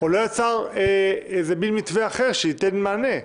או לא יצר מתווה אחר שייתן מענה,